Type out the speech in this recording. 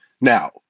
Now